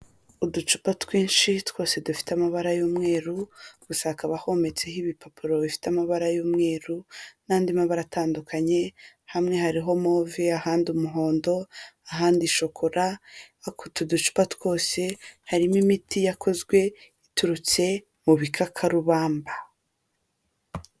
Uducupa twinshi twose dufite amabara y'umweru gusa hakaba hometseho ibipapuro bifite amabara y'umweru n'andi mabara atandukanye hamwe hariho move, ahandi umuhondo, ahandi shokora, ariko utu ducupa twose harimo imiti yakozwe iturutse mu bikakarubamba.